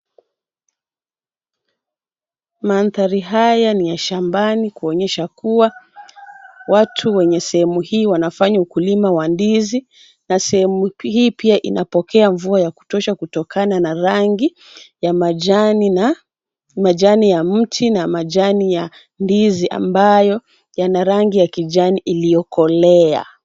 Mandhari haya ni ya shambani kuonyesha kuwa watu wenye sehemu hii wanafanya ukulima wa ndizi na sehemu hii pia inapokea mvua ya kutosha kutokana na rangi ya majani ya mti na majani ya ndizi ambayo yana rangi ya kijani iliyokolea.